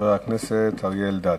חבר הכנסת אריה אלדד.